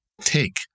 take